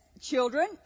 Children